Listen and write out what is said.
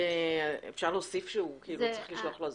אפשר להוסיף שצריך לשלוח לו הזמנה?